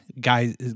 guys